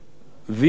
בפוליסה,